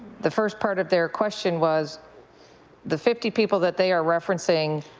the first part of their question was the fifty people that they are referencing,